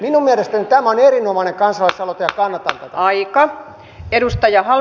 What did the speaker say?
minun mielestäni tämä on erinomainen kansalaisaloite ja kannatan tätä